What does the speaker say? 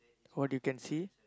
what you can see